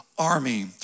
army